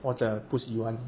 或者不喜欢你